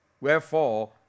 wherefore